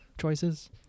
choices